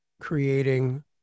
creating